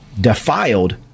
defiled